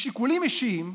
משיקולים אישיים,